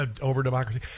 over-democracy